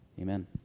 Amen